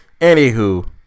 Anywho